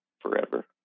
forever